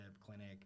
clinic